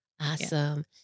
Awesome